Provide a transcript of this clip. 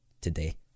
today